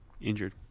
injured